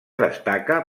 destaca